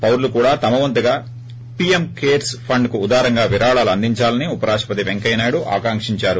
పౌరులు కూడా తమ వంతుగా పీఎం కేర్స్ ఫండ్కు ఉదారంగా విరాళాలు అందించాలని ఉపరాష్టపతి పెంకయ్యనాయుడు ఆకాంకించారు